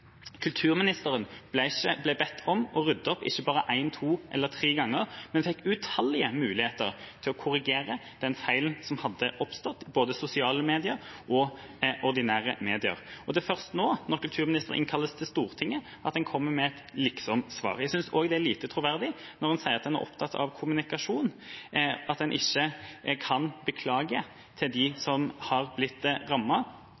Kulturministeren ble bedt om å rydde opp – ikke bare én, to eller tre ganger, men hun fikk utallige muligheter til å korrigere feilen som hadde oppstått, i både sosiale medier og ordinære medier. Det er først nå, når kulturministeren innkalles til Stortinget, at en kommer med et liksomsvar. Jeg synes også det er lite troverdig at en når en sier en er opptatt av kommunikasjon, ikke kan beklage til